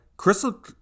Crystal